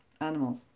animals